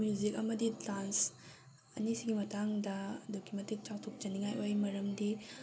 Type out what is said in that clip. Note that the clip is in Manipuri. ꯃ꯭ꯌꯨꯖꯤꯛ ꯑꯃꯗ ꯗꯥꯟꯁ ꯑꯅꯤꯁꯤꯒꯤ ꯃꯇꯥꯡꯗ ꯑꯗꯨꯛꯀꯤ ꯃꯇꯤꯛ ꯆꯥꯎꯊꯣꯛꯆꯅꯤꯉꯥꯏ ꯑꯣꯏ ꯃꯔꯝꯗꯤ